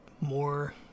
more